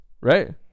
right